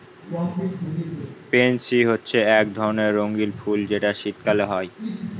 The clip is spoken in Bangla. পেনসি হচ্ছে এক ধরণের রঙ্গীন ফুল যেটা শীতকালে হয়